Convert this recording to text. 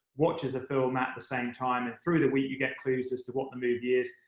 watches a film at the same time and, through the week, you get clues as to what the movie is,